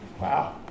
Wow